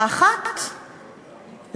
האחת,